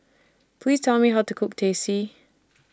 Please Tell Me How to Cook Teh C